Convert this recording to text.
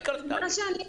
העיקר שתעני לי.